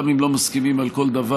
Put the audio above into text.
וגם אם לא מסכימים על כל דבר,